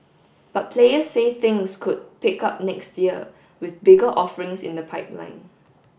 but players say things could pick up next year with bigger offerings in the pipeline